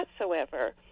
whatsoever